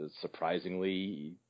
surprisingly